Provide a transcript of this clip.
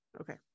Okay